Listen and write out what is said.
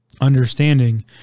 Understanding